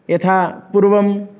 यथा पूर्वं